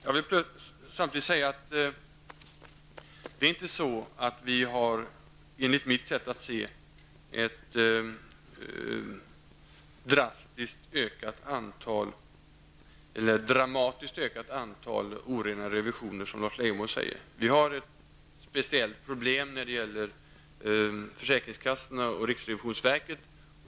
Jag vill samtidigt säga att enligt mitt sätt att se är det inte ett dramatiskt ökat antal orena revisioner, som Lars Leijonborg säger. Vi har ett speciellt problem när det gäller försäkringskassorna och riksrevisionsverket.